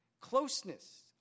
Closeness